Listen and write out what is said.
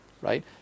right